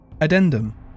Addendum